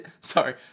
Sorry